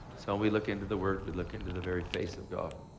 so we look into the word. we look into the very face of god.